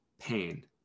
pain